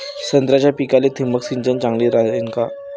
संत्र्याच्या पिकाले थिंबक सिंचन चांगलं रायीन का?